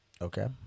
Okay